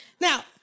now